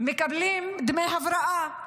מקבלים דמי הבראה.